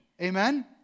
Amen